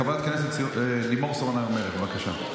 חברת הכנסת לימור סון הר מלך, בבקשה.